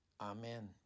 Amen